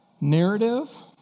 Narrative